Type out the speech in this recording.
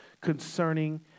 concerning